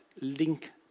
link